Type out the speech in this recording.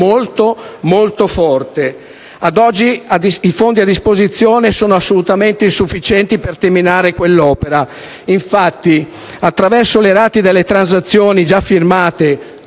è molto forte. Ad oggi i fondi a disposizione sono assolutamente insufficienti per terminare quell'opera. Infatti, attraverso le rate delle transazioni già firmate